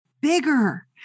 bigger